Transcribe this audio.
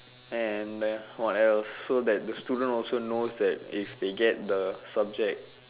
and what else so the student also knows that if they get the subject